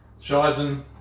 shizen